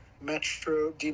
metro